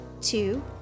Two